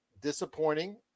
disappointing